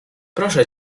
proszę